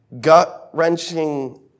Gut-wrenching